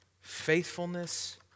faithfulness